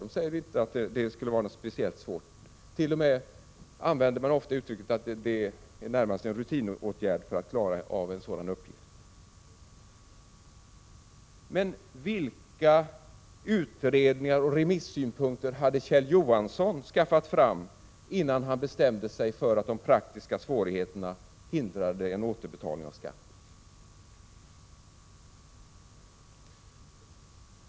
De säger att det inte skulle vara speciellt svårt — närmast en rutinsak — att klara en sådan uppgift. Vilka utredningar och remissynpunkter hade Kjell Johansson skaffat fram innan han bestämde sig för att de praktiska svårigheterna hindrade en återbetalning av skatten?